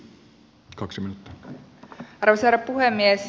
arvoisa herra puhemies